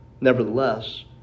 Nevertheless